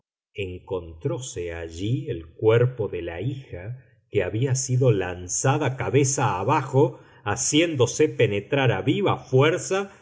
y horror encontróse allí el cuerpo de la hija que había sido lanzada cabeza abajo haciéndose penetrar a viva fuerza